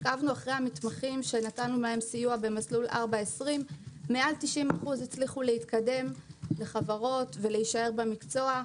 עקבנו אחרי המתמחים שנתנו להם סיוע במסלול 4.20. מעל 90% הצליחו להתקדם לחברות ולהשאר במקצוע,